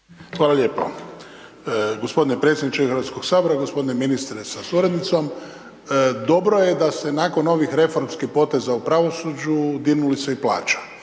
Hvala lijepo. Gospodine predsjedniče Hrvatskog sabora, g. ministre sa suradnicom, dobro je da se nakon ovih reformskih poteza u pravosuđu dignula se i plaća.